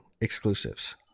exclusives